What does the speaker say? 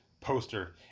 poster